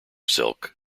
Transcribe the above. silk